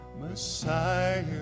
Messiah